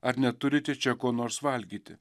ar neturite čia ko nors valgyti